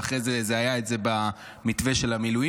ואחרי זה היה את זה במתווה של המילואימניקים,